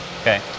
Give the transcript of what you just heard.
Okay